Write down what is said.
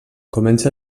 comença